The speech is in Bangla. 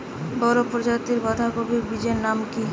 বড় প্রজাতীর বাঁধাকপির বীজের নাম কি?